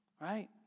Right